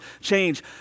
change